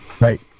Right